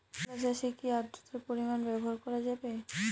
তুলা চাষে কি আদ্রর্তার পরিমাণ ব্যবহার করা যাবে?